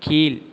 கீழ்